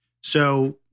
So-